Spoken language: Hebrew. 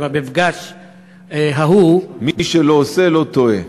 ובמפגש ההוא, מי שלא עושה, לא טועה.